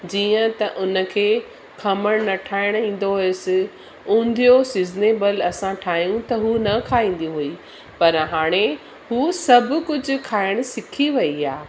जीअं त उन खे खमण न ठाहिणु ईंदो हुअसि उंदियू सिज़नेबल असां ठाहियूं त उहा न खाईंदी हुई पर हाणे उहा सभु कुझु खाइणु सिखी वई आहे